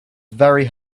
very